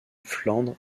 flandres